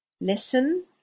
Listen